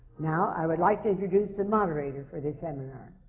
now, i would like to introduce the moderator for this seminar,